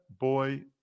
Boy